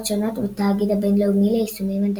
שונות בתאגיד הבינלאומי ליישומים מדעיים.